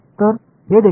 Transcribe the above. तर हे होईल